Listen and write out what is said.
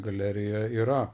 galerija yra